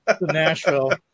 Nashville